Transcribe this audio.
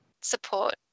support